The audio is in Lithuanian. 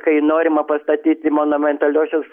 kai norima pastatyti monumentaliosios